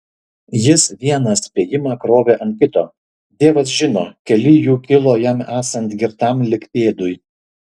jis vieną spėjimą krovė ant kito dievas žino keli jų kilo jam esant girtam lyg pėdui